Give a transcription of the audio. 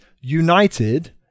United